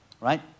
Right